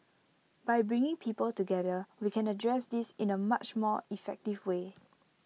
by bringing people together we can address this in A much more effective way